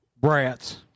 brats